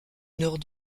nord